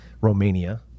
Romania